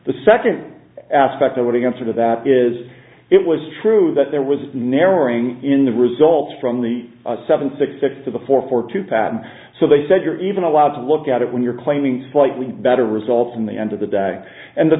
the second aspect of what answer to that is it was true that there was a narrowing in the results from the seven six to the four four two patent so they said you're even allowed to look at it when you're claiming slightly better results in the end of the day and the